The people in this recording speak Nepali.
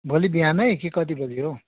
भोलि बिहानै कि कति बजी हौ